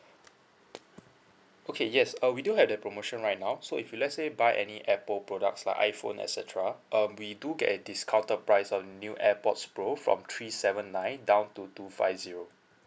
okay yes uh we do have that promotion right now so if let's say by any Apple products like iPhone et cetera um we do get a discounted price on new AirPods pro from three seven nine down to two five zero